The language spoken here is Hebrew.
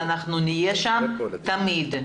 ואנחנו נהיה שם תמיד.